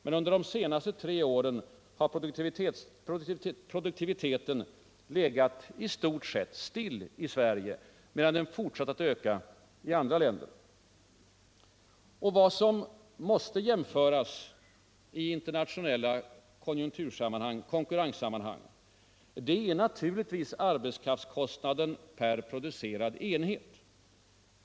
Men under de senaste tre åren har produktiviteten legat i stort sett stilla i Sverige, medan den fortsatt att öka i andra länder. Vad som måste jämföras i internationella konjunktursammanhang och konkurrenssammanhang är naturligtvis arbetskraftkostnaden per producerad enhet.